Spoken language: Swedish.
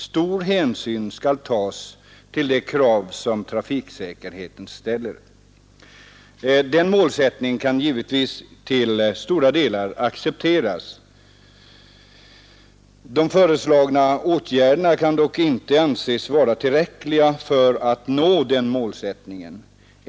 Stor hänsyn skall tas till de krav som trafiksäkerheten ställer.” Den målsättningen kan givetvis till stora delar accepteras. De föreslagna åtgärderna kan dock inte anses vara tillräckliga för att nå den målsättningen.